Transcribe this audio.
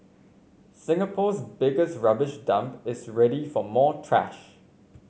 Singapore's biggest rubbish dump is ready for more trash